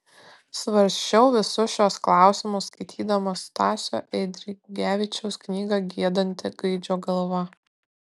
svarsčiau visus šiuos klausimus skaitydamas stasio eidrigevičiaus knygą giedanti gaidžio galva